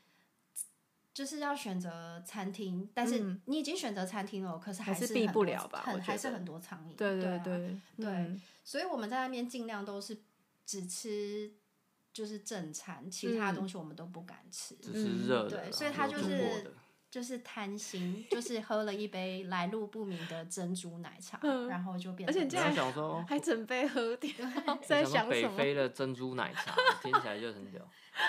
就是要选择餐厅，但是嗯。你已经选择餐厅了，可是还还是是避很不多-了吧，我很- 还觉是得。很多苍蝇，对，对，对，对啊，嗯。对，所以我们在那边尽量都是只吃- 就是正餐，其他嗯。东西我们都不敢吃，只吃嗯。热的啦，对，所以然后他有煮就过是-的。就是贪心， 就是喝了一杯来路不明的珍珠奶茶，嗯， 然后就变而且成你这竟然样。 我想说-还- 还准备喝掉，对。 在想什么？ 想说北非的珍珠奶茶，听起来就很屌。 对。